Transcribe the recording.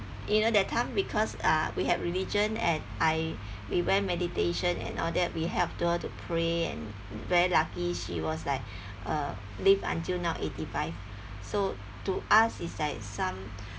you know that time because uh we have religion and I we went meditation and all that we help her to pray and very lucky she was like uh live until now eighty five so to us it's like some